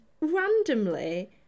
randomly